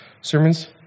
sermons